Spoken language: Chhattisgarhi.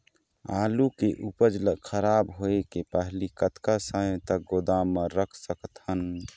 आलू के उपज ला खराब होय के पहली कतका समय तक गोदाम म रख सकत हन?